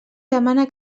demana